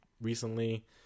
recently